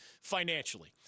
financially